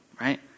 right